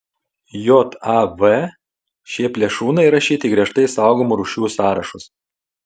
jav šie plėšrūnai įrašyti į griežtai saugomų rūšių sąrašus